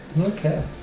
Okay